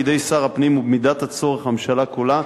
בידי שר הפנים ובמידת הצורך הממשלה כולה,